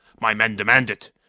my men demand it.